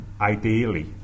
ideally